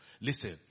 listen